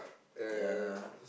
ya